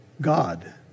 God